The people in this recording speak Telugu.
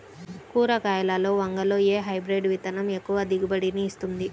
కూరగాయలలో వంగలో ఏ హైబ్రిడ్ విత్తనం ఎక్కువ దిగుబడిని ఇస్తుంది?